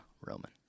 Roman